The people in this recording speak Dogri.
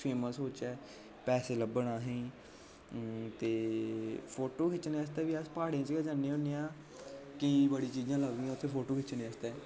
फेमस ओचै पैसे लब्भन अहें ई ते फोटो खिच्चनें आस्तै बी अस प्हाड़ें च गै जन्ने होने आं केईं बड़ी चीज़ां लभदियां उ'त्थें फोटो खिच्चनें आस्तै